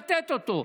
לתת אותו.